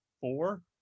four